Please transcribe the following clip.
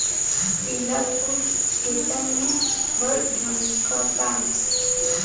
पिला फूल खेतन में बड़ झम्कता